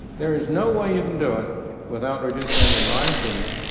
there is no way you can do it without reducing, in my opinion,